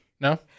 No